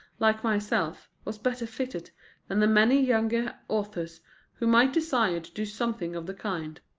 like myself, was better fitted than the many younger authors who might desire to do something of the kind.